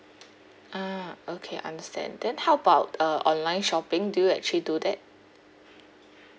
ah okay understand then how about uh online shopping do you actually do that